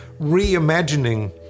reimagining